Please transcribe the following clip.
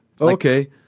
Okay